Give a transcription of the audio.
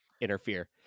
interfere